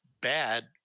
bad